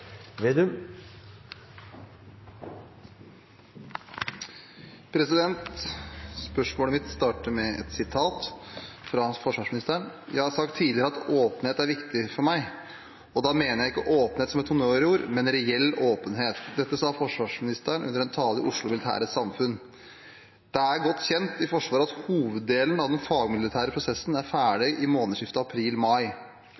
forsvarsministeren: «'Jeg har sagt tidligere at åpenhet er viktig for meg. Og da mener jeg ikke åpenhet som et honnørord, men reell åpenhet.' Dette sa forsvarsministeren under en tale i Oslo Militære Samfund. Det er godt kjent i Forsvaret at hoveddelen av den fagmilitære prosessen er